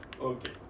Okay